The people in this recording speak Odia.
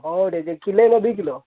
ହଁ କିଲୋ ନା ଦୁଇ କିଲୋ